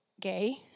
gay